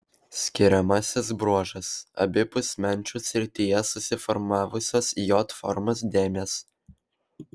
skiriamasis bruožas abipus menčių srityje susiformavusios j formos dėmės